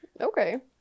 Okay